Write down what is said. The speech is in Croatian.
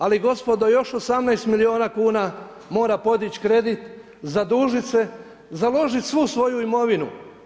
Ali gospodo, još 18 milijuna kuna mora podići kredit, zadužiti se, založiti svu svoju imovinu.